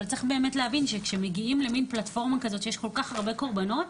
אבל צריך להבין שכשמגיעים למין פלטפורמה כזאת שיש כל כך הרבה קורבנות,